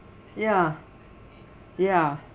ya ya